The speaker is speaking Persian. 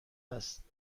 است